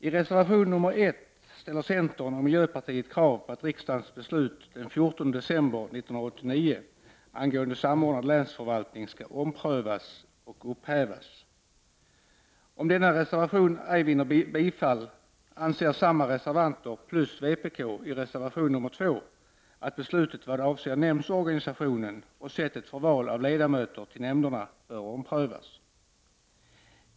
I reservation nr 1 ställer centern och miljöpartiet krav på att riksdagens beslut från den 14 december 1989 angående en samordnad länsförvaltning skall omprövas och upphävas. Reservanterna från nämnda partier och från vpk säger i reservation nr 2 att beslutet avseende nämndsorganisationen och sättet för val av ledamöter till nämnderna bör omprövas om réservationen ej vinner bifall.